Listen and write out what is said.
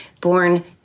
born